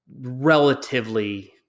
relatively